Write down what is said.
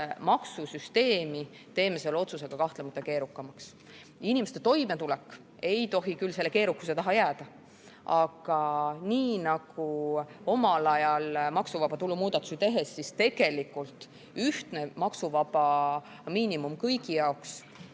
maksusüsteemi teeme selle otsusega kahtlemata keerukamaks. Inimeste toimetulek ei tohi küll selle keerukuse taha jääda. Aga nagu omal ajal maksuvaba tulu muudatusi tehes, tegelikult ühtne maksuvaba miinimum kõigi jaoks